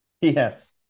yes